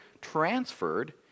transferred